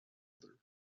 other